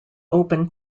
open